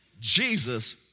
Jesus